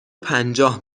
پنجاه